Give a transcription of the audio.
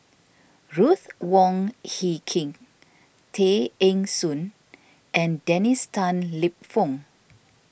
Ruth Wong Hie King Tay Eng Soon and Dennis Tan Lip Fong